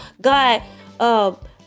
God